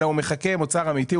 אלא הוא מחכה עם מוצר אמיתי.